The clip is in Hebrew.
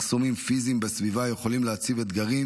מחסומים פיזיים בסביבה יכולים להציב אתגרים